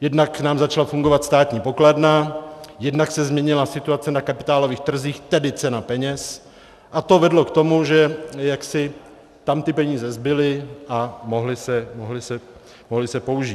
jednak nám začala fungovat státní pokladna, jednak se změnila situace na kapitálových trzích, tedy cena peněz, a to vedlo k tomu, že jaksi tam ty peníze zbyly a mohly se použít.